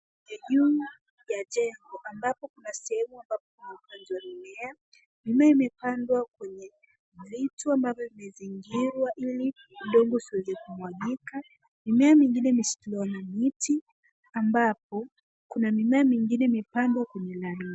Ya juu ya jengo ambapo kuna sehemu ambapo kuna upanzi wa mimea, mimea imepandwa kwenye vitu ambavyo vimezingirwa ili udongo usiweze kumwagika. Mimea mingine imesitiriwa na miti, ambapo kuna mimea mingine imepandwa kwenye laili.